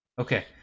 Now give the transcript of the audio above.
Okay